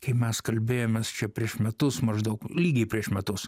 kai mes kalbėjomės čia prieš metus maždaug lygiai prieš metus